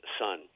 son